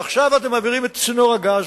עכשיו אתם מעבירים את צינור הגז,